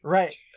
Right